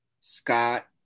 scott